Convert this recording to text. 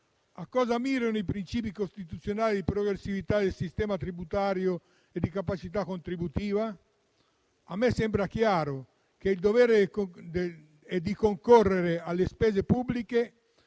A cosa mirano i princìpi costituzionali di progressività del sistema tributario e di capacità contributiva? A me sembra chiaro il dovere di concorrere alle spese pubbliche